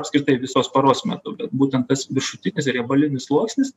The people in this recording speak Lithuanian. apskritai visos paros metu būtent tas viršutinis riebalinis sluoksnis